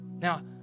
Now